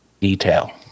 detail